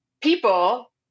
people